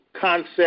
concept